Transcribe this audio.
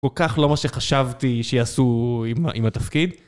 כל כך לא מה שחשבתי שיעשו עם התפקיד.